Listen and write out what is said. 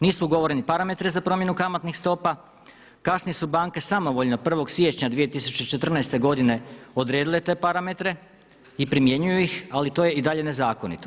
Nisu ugovoreni parametri za promjenu kamatnih stopa, kasnije su banke samovoljno 1. siječnja 2014. godine odredile te parametre i primjenjuju ih ali to je i dalje nezakonito.